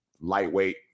lightweight